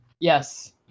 Yes